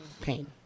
pain